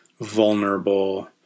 vulnerable